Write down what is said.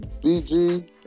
BG